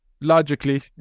logically